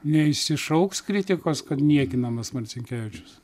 neišsišauks kritikos kad niekinamas marcinkevičius